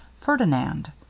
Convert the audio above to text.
ferdinand